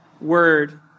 word